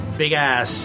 big-ass